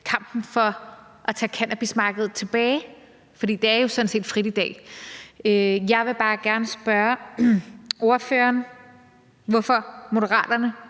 kampen for at tage cannabismarkedet tilbage, for det er jo sådan set frit i dag. Jeg vil bare gerne spørge ordføreren, hvorfor Moderaterne